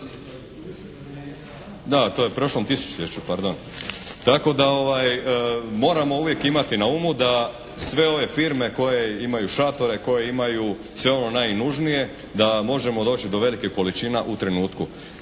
Da, to je u prošlom tisućljeću, pardon. Tako da moramo uvijek imati na umu da sve ove firme koje imaju šatore, koje imaju sve ono najnužnije da možemo doći do velikih količina u trenutku.